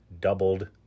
doubled